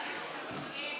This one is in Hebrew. התש"ף 2020,